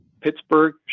Pittsburgh